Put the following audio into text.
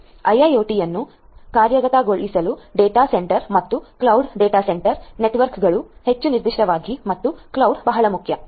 ಐಐಒಟಿIIoTಯನ್ನು ಕಾರ್ಯಗತಗೊಳಿಸಲು data centre ಮತ್ತು cloud data centre ನೆಟ್ವರ್ಕ್ಗಳು ಹೆಚ್ಚು ನಿರ್ದಿಷ್ಟವಾಗಿ ಮತ್ತು ಕ್ಲೌಡ್ ಬಹಳ ಮುಖ್ಯ